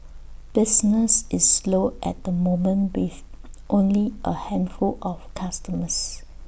business is slow at the moment with only A handful of customers